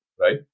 right